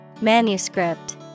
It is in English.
Manuscript